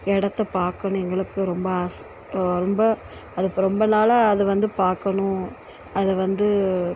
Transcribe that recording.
இடத்த பார்க்கணும் எங்களுக்கு ரொம்ப ஆசை ரொம்ப அது இப்போது ரொம்ப நாளாக அது வந்து பார்க்கணும் அதை வந்து